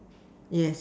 yes